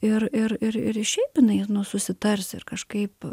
ir ir ir ir šiaip jinai nu susitars ir kažkaip